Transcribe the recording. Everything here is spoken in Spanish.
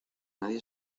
nadie